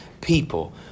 people